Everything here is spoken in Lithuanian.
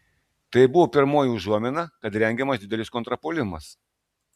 tai buvo pirmoji užuomina kad rengiamas didelis kontrpuolimas